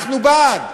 אנחנו בעד.